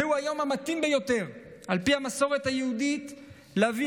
זהו היום המתאים ביותר על פי המסורת היהודית להביא